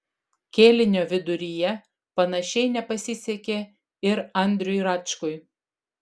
kėlinio viduryje panašiai nepasisekė ir andriui račkui